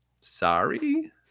sorry